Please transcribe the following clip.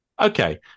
okay